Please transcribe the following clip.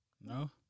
No